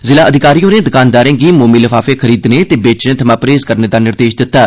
जिला अधिकारी होरें दकानदारें गी मोमी लफाफे खरीदने ते बेचने थमां परहेज़ करने दा निर्देश दित्ता